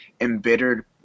embittered